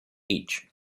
each